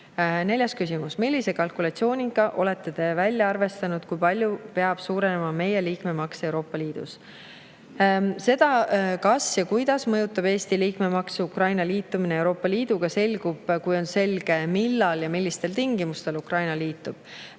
küsimus: "Millise kalkulatsiooniga olete te välja arvestanud, kui palju peab suurenema meie liikmemaks Euroopa Liidus?" See, kas üldse ja [kui, siis] kuidas mõjutab Eesti liikmemaksu Ukraina liitumine Euroopa Liiduga, selgub, kui on selge, millal ja millistel tingimustel Ukraina liitub.